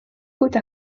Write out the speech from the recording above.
côte